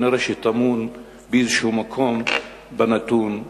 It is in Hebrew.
כנראה שזה טמון באיזשהו מקום בנתון הזה.